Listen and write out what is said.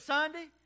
Sunday